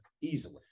easily